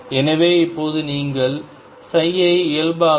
எனவே இப்போது நீங்கள் ஐ இயல்பாக்கவும்